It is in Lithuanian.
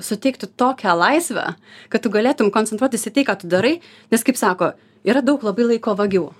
suteiktų tokią laisvę kad tu galėtum koncentruotis į tai ką tu darai nes kaip sako yra daug labai laiko vagių